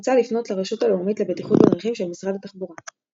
הוצע לפנות לרשות הלאומית לבטיחות בדרכים של משרד התחבורה.